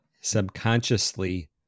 subconsciously